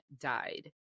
died